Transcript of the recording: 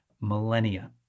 millennia